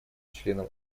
членам